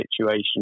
situation